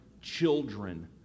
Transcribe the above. children